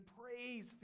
praise